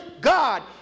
God